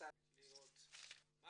מה